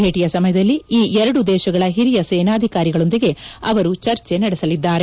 ಭೇಟಿಯ ಸಮಯದಲ್ಲಿ ಈ ಎರಡು ದೇಶಗಳ ಹಿರಿಯ ಸೇನಾಧಿಕಾರಿಗಳೊಂದಿಗೆ ಅವರು ಚರ್ಚೆ ನಡೆಸಲಿದ್ದಾರೆ